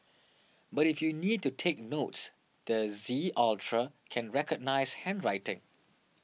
but if you need to take notes the Z Ultra can recognise handwriting